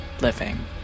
living